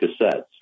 cassettes